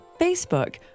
Facebook